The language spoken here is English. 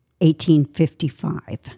1855